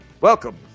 Welcome